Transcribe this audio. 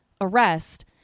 arrest